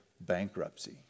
bankruptcy